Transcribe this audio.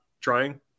trying